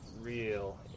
real